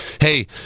hey